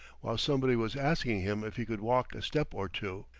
while somebody was asking him if he could walk a step or two.